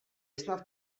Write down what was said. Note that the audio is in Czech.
snad